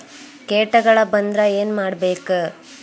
ಕೇಟಗಳ ಬಂದ್ರ ಏನ್ ಮಾಡ್ಬೇಕ್?